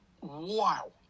wow